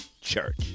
Church